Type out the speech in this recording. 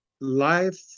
life